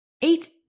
Eight